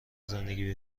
زندگی